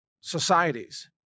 societies